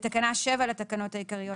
תיקון תקנה 7 בתקנה 7 לתקנות העיקריות,